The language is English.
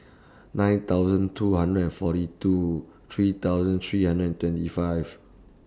nine thousand two hundred and forty two three thousand three hundred and twenty five